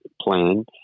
plan